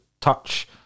touch